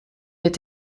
est